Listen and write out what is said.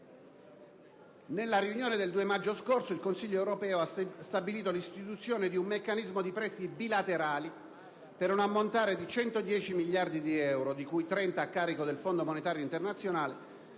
Nella riunione del 2 maggio scorso, il Consiglio europeo ha stabilito l'istituzione di un meccanismo di prestiti bilaterali per un ammontare di 110 miliardi di euro (di cui 30 a carico del Fondo monetario internazionale)